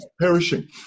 perishing